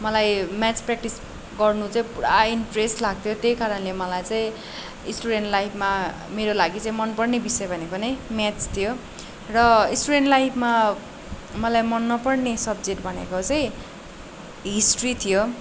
मलाई math practice गर्नु चाहिँ पुरा इन्ट्रेस् लाग्थ्यो त्यही कारणले मलाई चाहिँ स्टुडेन्ट लाइफमा मेरो लागि चाहिँ मनपर्ने विषय भनेको नै म्याच थियो र स्टुडेन्ट लाइफमा मलाई मन नपर्ने सब्जेक्ट भनेको चैं हिस्ट्री थियो